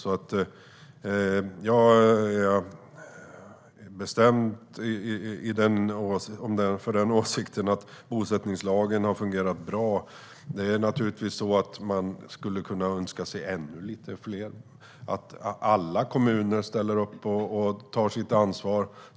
Jag är alltså av den bestämda åsikten att bosättningslagen har fungerat bra. Naturligtvis skulle man kunna önska sig att ännu lite fler, ja, alla kommuner ställer upp och tar sitt ansvar.